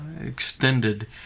extended